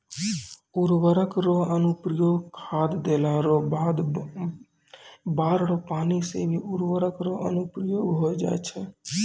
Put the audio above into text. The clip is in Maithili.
उर्वरक रो अनुप्रयोग खाद देला रो बाद बाढ़ रो पानी से भी उर्वरक रो अनुप्रयोग होय जाय छै